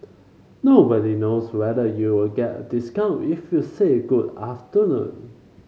nobody knows whether you'll get a discount if you say good afternoon